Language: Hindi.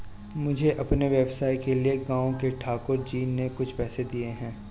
मुझे अपने व्यवसाय के लिए गांव के ठाकुर जी ने कुछ पैसे दिए हैं